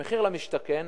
במחיר למשתכן,